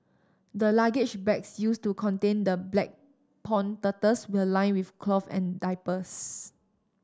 the luggage bags used to contain the black pond turtles where lined with cloth and diapers